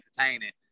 entertaining